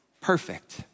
perfect